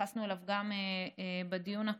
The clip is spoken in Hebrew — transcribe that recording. שהתייחסנו אליו גם בדיון הקודם.